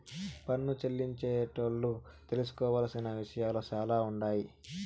పన్ను చెల్లించేటోళ్లు తెలుసుకోవలసిన విషయాలు సాలా ఉండాయి